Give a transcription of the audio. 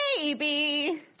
Baby